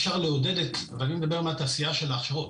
ואני מדבר מהתעשייה של ההכשרות,